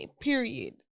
period